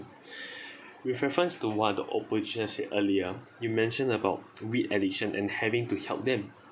with reference to what the opposition said earlier you mentioned about weed addiction and having to help them